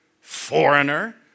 foreigner